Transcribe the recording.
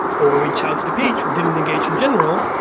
or reach out to the page or didn't engage in general,